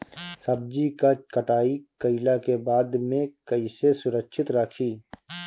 सब्जी क कटाई कईला के बाद में कईसे सुरक्षित रखीं?